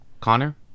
Connor